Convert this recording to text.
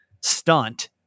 stunt